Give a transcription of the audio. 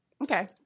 Okay